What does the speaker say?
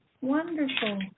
Wonderful